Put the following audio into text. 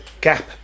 gap